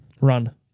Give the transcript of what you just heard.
Run